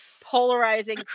polarizing